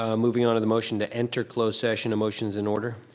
um moving on to the motion to enter closed session, a motion is in order.